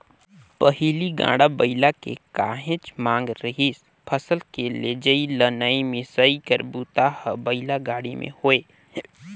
पहिली गाड़ा बइला के काहेच मांग रिहिस फसल के लेजइ, लनइ, मिसई कर बूता हर बइला गाड़ी में होये